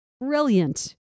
Brilliant